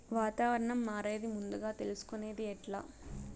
వాతావరణం మారేది ముందుగా తెలుసుకొనేది ఎట్లా?